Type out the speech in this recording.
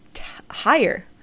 higher